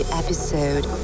episode